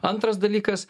antras dalykas